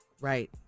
right